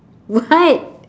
what